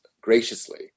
graciously